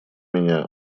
меня